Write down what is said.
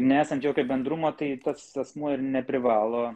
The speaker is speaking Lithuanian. nesant jokio bendrumo tai tas asmuo ir neprivalo